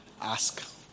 Ask